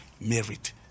Merit